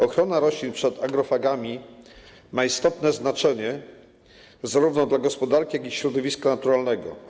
Ochrona roślin przed agrofagami ma istotne znaczenie zarówno dla gospodarki, jak i środowiska naturalnego.